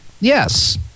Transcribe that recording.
Yes